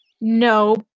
No